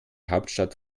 hauptstadt